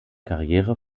karriere